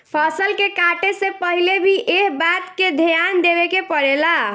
फसल के काटे से पहिले भी एह बात के ध्यान देवे के पड़ेला